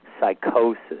psychosis